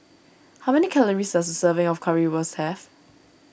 how many calories does a serving of Currywurst have